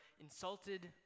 insulted